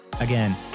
Again